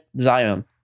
Zion